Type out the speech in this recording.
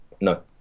no